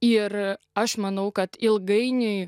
ir aš manau kad ilgainiui